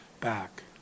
back